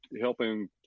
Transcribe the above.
helping